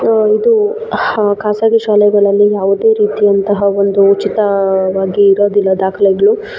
ಇದು ಖಾಸಗಿ ಶಾಲೆಗಳಲ್ಲಿ ಯಾವುದೇ ರೀತಿ ಅಂತಹ ಒಂದು ಉಚಿತವಾಗಿ ಇರೋದಿಲ್ಲ ದಾಖಲೆಗಳು